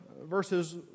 verses